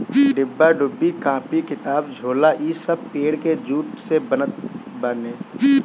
डिब्बा डुब्बी, कापी किताब, झोला इ सब पेड़ के जूट से बनत बाने